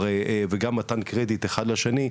וגם מתן קרדיט אחד לשני,